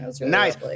Nice